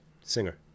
Singer